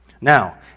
Now